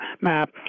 map